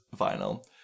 vinyl